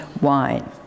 wine